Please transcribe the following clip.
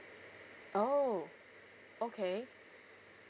oh okay